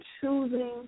choosing